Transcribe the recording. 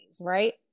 right